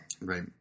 Right